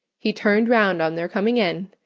he turned round on their coming in,